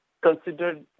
considered